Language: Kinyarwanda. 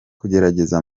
kugerageza